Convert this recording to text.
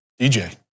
DJ